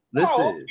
listen